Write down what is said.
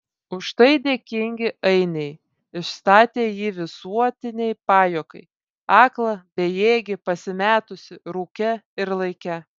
už tai dėkingi ainiai išstatė jį visuotinei pajuokai aklą bejėgį pasimetusį rūke ir laike